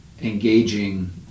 engaging